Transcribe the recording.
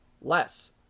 less